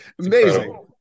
Amazing